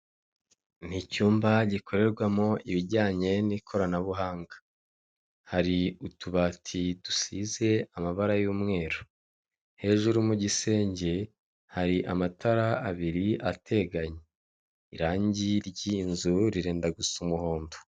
Ni icyumba gikorerwamo ibijyanye n'ikoranabuhanga. Hari utubati dusize amabara y'umweru. Hejuru mu gisenge hari amatara abiri ateganye. Irangi ry'iyo nzu rirenda gusa umuhondo.